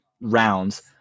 rounds